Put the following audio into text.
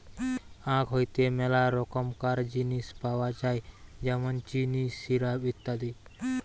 আখ হইতে মেলা রকমকার জিনিস পাওয় যায় যেমন চিনি, সিরাপ, ইত্যাদি